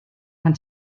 pan